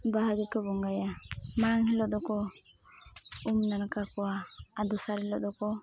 ᱵᱟᱦᱟ ᱜᱮᱠᱚ ᱵᱚᱸᱜᱟᱭᱟ ᱢᱟᱲᱟᱝ ᱦᱤᱞᱳᱜ ᱫᱚᱠᱚ ᱩᱢᱼᱱᱟᱲᱠᱟ ᱠᱚᱣᱟ ᱟᱨ ᱫᱩᱥᱟᱨ ᱦᱤᱞᱳᱜ ᱫᱚᱠᱚ